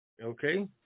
Okay